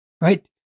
right